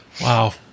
Wow